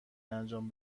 انجام